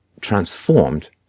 transformed